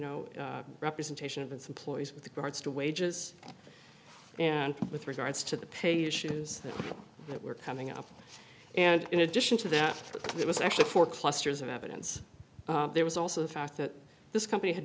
know representation of its employees with the cards to wages and with regards to the paper shoes that were coming up and in addition to that it was actually four clusters of evidence there was also the fact that this company had